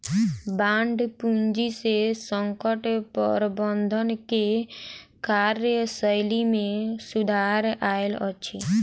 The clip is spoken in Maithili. बांड पूंजी से संकट प्रबंधन के कार्यशैली में सुधार आयल अछि